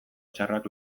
txarrak